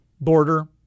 border